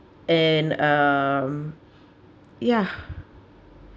and um ya